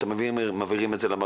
אתם מעבירים את זה למערכת,